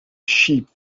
sheep